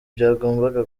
byagombaga